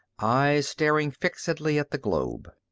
eyes staring fixedly at the globe.